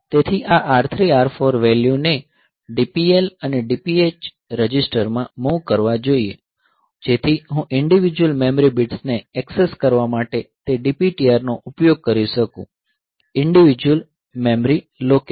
તેથી આ R3 R4 વેલ્યુને DPL અને DPH રજિસ્ટરમાં મૂવ કરવા જોઈએ જેથી હું ઈન્ડીવિડ્યુઅલ મેમરી બિટ્સને ઍક્સેસ કરવા માટે તે DPTR નો ઉપયોગ કરી શકું ઈન્ડીવિડ્યુઅલ મેમરી લોકેશન